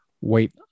wait